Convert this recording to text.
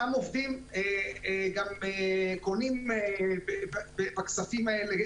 אותם עובדים גם קונים דברים בכספים האלה.